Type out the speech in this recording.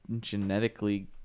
genetically